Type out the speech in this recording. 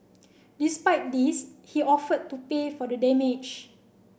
despite this he offered to pay for the damage